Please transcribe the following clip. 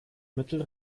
mittel